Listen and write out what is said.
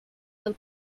del